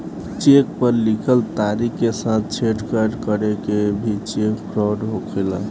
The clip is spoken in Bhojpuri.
चेक पर लिखल तारीख के साथ छेड़छाड़ करके भी चेक फ्रॉड होखेला